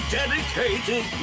dedicated